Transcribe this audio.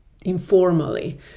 informally